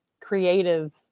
creative